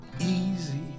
easy